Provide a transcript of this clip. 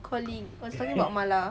colleague was talking about mala